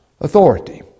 authority